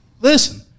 listen